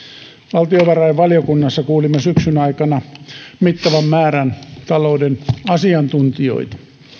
valtiovarainvaliokunnassa kuulimme syksyn aikana mittavan määrän talouden asiantuntijoita